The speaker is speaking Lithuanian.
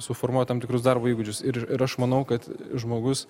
suformuoja tam tikrus darbo įgūdžius ir ir aš manau kad žmogus